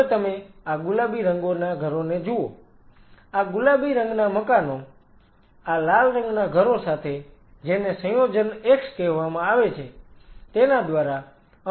હવે તમે આ ગુલાબી રંગના ઘરોને જુઓ આ ગુલાબી રંગના મકાનો આ લાલ રંગના ઘરો સાથે જેને સંયોજન x કહેવામાં આવે છે તેના દ્વારા અમુક માધ્યમથી વાતચીત કરે છે